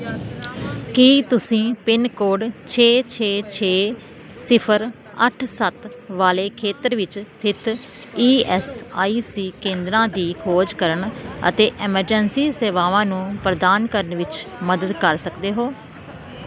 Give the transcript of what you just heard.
ਕੀ ਤੁਸੀਂ ਪਿੰਨਕੋਡ ਛੇ ਛੇ ਛੇ ਸਿਫਰ ਅੱਠ ਸੱਤ ਵਾਲੇ ਖੇਤਰ ਵਿੱਚ ਸਥਿਤ ਈ ਐਸ ਆਈ ਸੀ ਦਰਾਂ ਦੀ ਖੋਜ ਕਰਨ ਅਤੇ ਐਮਰਜੈਂਸੀ ਸੇਵਾਵਾਂ ਨੂੰ ਪ੍ਰਦਾਨ ਕਰਨ ਵਿੱਚ ਮਦਦ ਕਰ ਸਕਦੇ ਹੋ